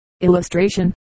Illustration